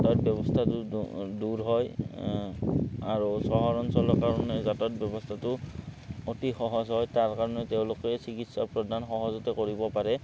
যাতায়াত ব্যৱস্থাটো দূৰ হয় আৰু চহৰ অঞ্চলৰ কাৰণে যাতায়ত ব্যৱস্থাটো অতি সহজ হয় তাৰ কাৰণে তেওঁলোকে চিকিৎসা প্ৰদান সহজতে কৰিব পাৰে